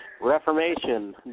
Reformation